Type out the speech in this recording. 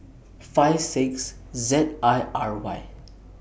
five six Z I R Y